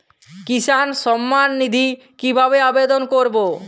কিষান সম্মাননিধি কিভাবে আবেদন করব?